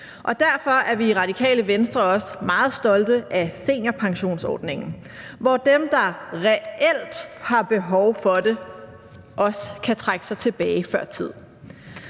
derfor er vi i Radikale Venstre også meget stolte af seniorpensionsordningen, hvor dem, der reelt har behov for det, også kan trække sig tilbage før tid.